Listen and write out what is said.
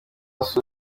sue